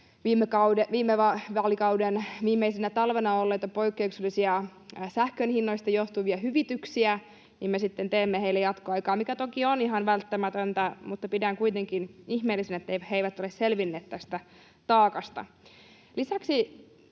viimeisenä talvena olleita poikkeuksellisia, sähkön hinnoista johtuvia hyvityksiä, me sitten teemme heille jatkoaikaa, mikä toki on ihan välttämätöntä. Mutta pidän kuitenkin ihmeellisenä, että he eivät ole selvinneet tästä taakasta. Lisäksi